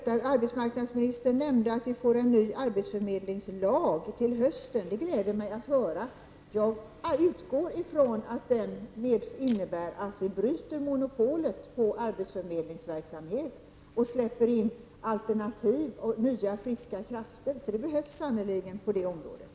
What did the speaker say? Arbetsmarknadsministern nämnde att vi får en ny arbetsförmedlingslag till hösten. Det gläder mig att höra. Jag utgår ifrån att den innebär att monopolet bryts för arbetsförmedlingsverksamhet och att vi släpper in alternativ och nya friska krafter. Det behövs sannerligen på det området.